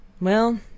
Well